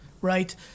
right